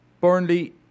Burnley